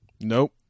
Nope